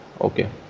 Okay